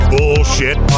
Bullshit